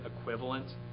equivalent